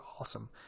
awesome